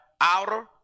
outer